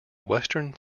western